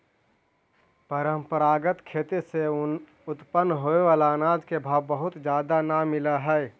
परंपरागत खेती से उत्पन्न होबे बला अनाज के भाव बहुत जादे न मिल हई